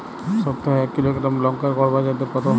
সপ্তাহে এক কিলোগ্রাম লঙ্কার গড় বাজার দর কতো?